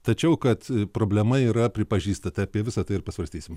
tačiau kad problema yra pripažįsta tai apie visa tai ir pasvarstysim